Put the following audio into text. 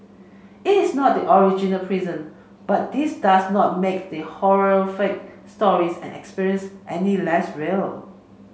it is not the original prison but this does not make the horrific stories and experiences any less real